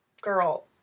Girl